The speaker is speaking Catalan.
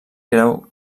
creu